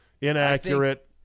inaccurate